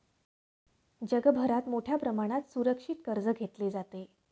जगभरात मोठ्या प्रमाणात सुरक्षित कर्ज घेतले जाते